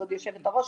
כבוד יושבת ראש,